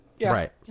Right